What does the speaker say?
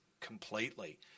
completely